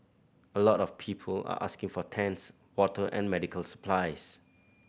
a lot of people are asking for tents water and medical supplies